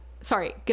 Sorry